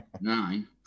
Nine